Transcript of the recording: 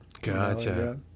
Gotcha